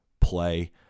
play